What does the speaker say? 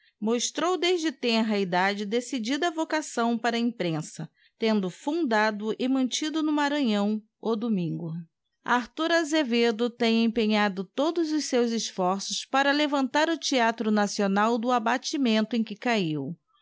mostrou desde tenra idade decidida vocação para a imprensa tendo fundado e mantido no maranhão o domingo arthur azevedo tem empenhado todos os seus esforços para levantar o theatro nacional do abatimento em que cahiu